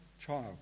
child